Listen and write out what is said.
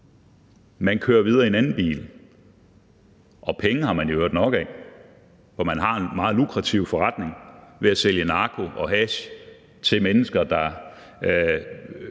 Man kører videre i en anden bil, og penge har man i øvrigt nok af, for man har en meget lukrativ forretning med at sælge narko og hash til mennesker, der